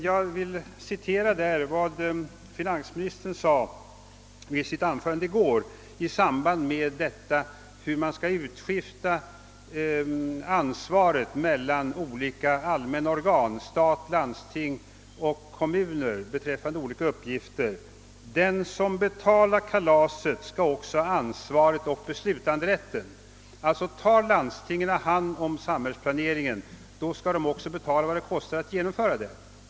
Jag vill citera vad finansministern sade i sitt anförande i går i samband med frågan hur man skall fördela ansvaret mellan olika allmänna organ — stat, landsting och kommuner — beträffande olika uppgifter: »Den som betalar kalaset skall också ha ansvaret och beslutanderätten.» Tar landstingen hand om samhällsplaneringen, skall de alltså betala vad det kostar att genomföra den.